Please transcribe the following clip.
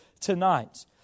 tonight